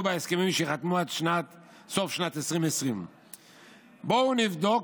בהסכמים שייחתמו עד סוף שנת 2020. בואו נבדוק,